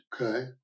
Okay